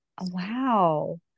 Wow